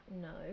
No